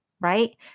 right